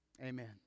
Amen